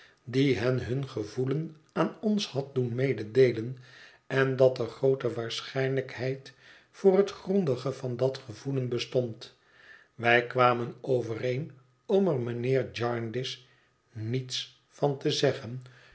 die hen hun gevoelen aan ons had doen mededeelen en dat er groote waarschijnlijkheid voor het grondige van dat gevoelen bestond wij kwamen overeen om er mijnheer jarndyce niets van te zeggen